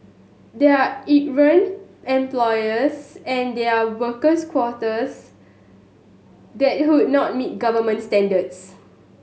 there are errant employers and there are workers quarters that would not meet government standards